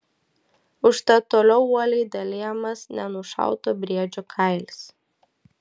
užtat toliau uoliai dalijamas nenušauto briedžio kailis